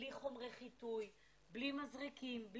בלי חומרי חיטוי, בלי מזרקים.